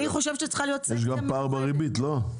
יש גם פער בריבית, לא?